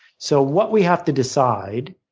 so what we have to decide,